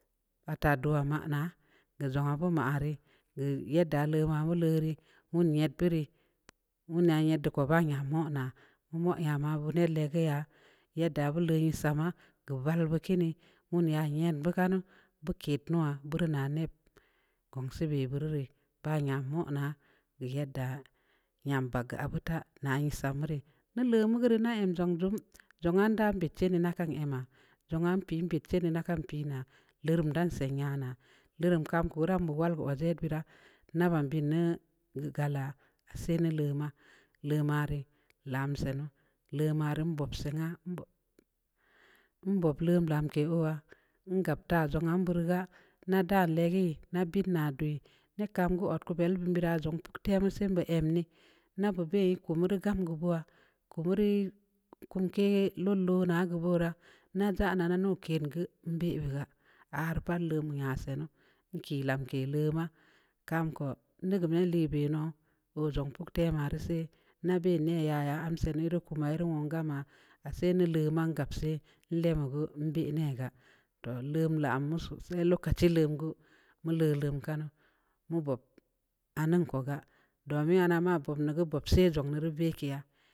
Pat ta dua mana gul ndzon abun ma re yadda le mamu le re wunnu yat bere wanna yat to kuba ya muna wu ya ma bu nun le gue ya yadda mu le kii samma val wa kii nii wuno ya yon bu ka nu bukki nuwa burnə ne kun sii bə bure ba ya una'a yadda yam pak abuta naye sammure lel le mugue re na ii jungjun jugun da beft che na kan ii ma jugun pəə bek chere ma kan pəə na le rum dam sa'ay yana durum kam korambu wal waje bera na wan bonn nu gue ga la sii ne le ma le ma re lam sa'ay nu le mari buup su'ay na mbup mbup lem lamki ooa ungapta ndzong an burga ne da layee na bait na duaia ne kam gue ot em nii na bubai ye kumuru gam kumure kum ki lolow na gue burə na ndza a na nu kən gue bə bəga'a a har pam lum ya sənu ke lamke lu ma kam ko mdegue be le beə no wu ndzong puk ta ma re sa'ay ne bə ne ya ya am sa'ay neru ku mai ruku ngama asai mu le man gap sa'ay le ma gue nde nega toh lum lam musu sai lokaci lengue le ta lum kanuu anum ku ga'a du miya na jung mjuru bup mure bəa kii ya.